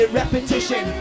repetition